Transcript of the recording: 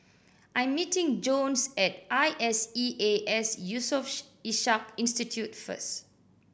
I am meeting Jones at I S E A S Yusof Ishak Institute first